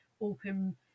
open